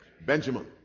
Benjamin